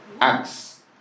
Acts